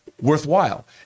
worthwhile